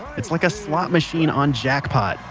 it's like a slot machine on jackpot,